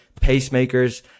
pacemakers